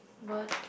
word